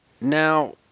Now